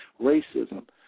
racism